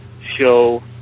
Show